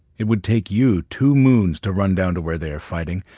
it would take you two moons to run down to where they are fighting.